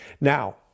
Now